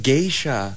Geisha